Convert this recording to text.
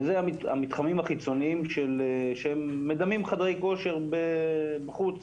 וזה המתחמים החיצוניים שהם מדמים חדרי כושר בחוץ,